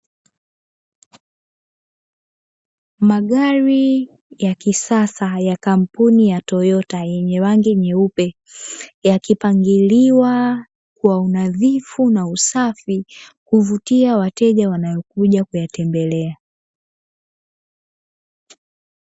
Magari ya kisasa ya kampuni ya Toyota yenye rangi nyeupe yakipangiliwa kwa unadhifu na usafi kuvutia wateja wanaokuja kuyatembelea.